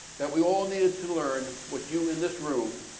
that we all needed to learn what you, in this room,